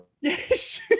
Yes